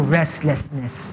restlessness